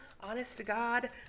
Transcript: honest-to-God